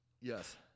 Yes